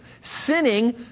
sinning